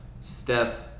Steph